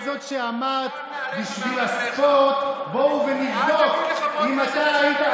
את זאת שאמרת: בשביל הספורט בוא ונבדוק אם אתה היית,